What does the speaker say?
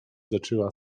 zaczęła